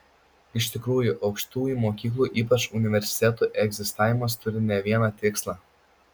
iš tikrųjų aukštųjų mokyklų ypač universitetų egzistavimas turi ne vieną tikslą